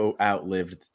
outlived